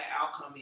outcome